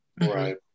Right